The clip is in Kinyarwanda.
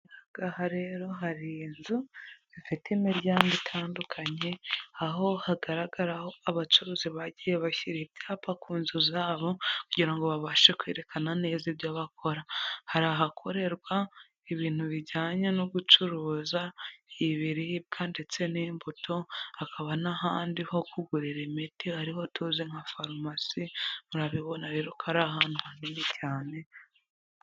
Aha rero hari inzu zifite imiryango itandukanye aho hagaragaraho abacuruzi bagiye bashyira ibyapa ku nzu zabo kugira ngo babashe kwerekana neza ibyo bakora. Hari ahakorerwa ibintu bijyanye no gucuruza ibiribwa ndetse n'imbuto. Hakaba n'ahandi ho kugurira imiti ari ho tuzi nka farumasi, murabibona rero ko ari ahantu hanini cyane.